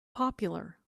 popular